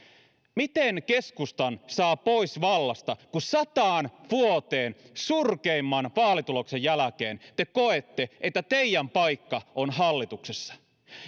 miten keskustan saa pois vallasta kun sataan vuoteen surkeimman vaalituloksen jälkeen te koette että teidän paikkanne on hallituksessa